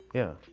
yeah.